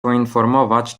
poinformować